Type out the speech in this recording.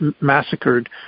massacred